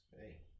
hey